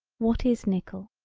what is nickel,